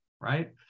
right